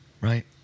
Right